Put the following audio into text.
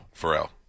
Pharrell